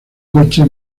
coche